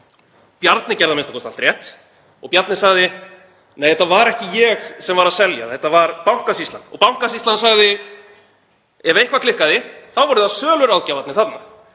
Bjarni gerði a.m.k. allt rétt. Og Bjarni sagði: Nei, þetta var ekki ég sem var að selja, þetta var Bankasýslan. Bankasýslan sagði: Ef eitthvað klikkaði þá voru það söluráðgjafarnir þarna.